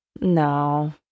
no